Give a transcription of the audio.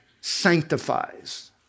sanctifies